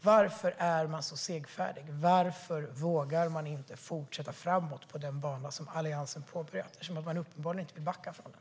Varför är man så senfärdig? Varför vågar man inte fortsätta framåt på den bana som Alliansen påbörjade eftersom man uppenbarligen inte vill backa från den?